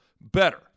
better